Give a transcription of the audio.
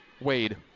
Wade